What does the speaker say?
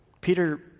Peter